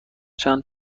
چند